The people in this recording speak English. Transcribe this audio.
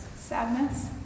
Sadness